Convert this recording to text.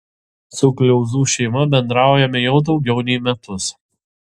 su kliauzų šeima bendraujame jau daugiau nei metus